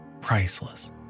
priceless